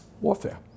warfare